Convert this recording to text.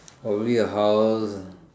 probably a house